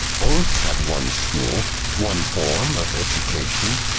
both had one school, one form of education,